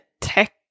tech